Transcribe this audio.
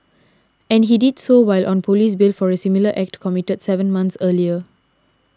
and he did so while on police bail for a similar act committed seven months earlier